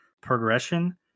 progression